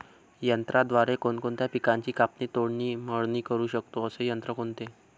यंत्राद्वारे कोणकोणत्या पिकांची कापणी, तोडणी, मळणी करु शकतो, असे यंत्र कोणते?